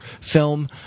film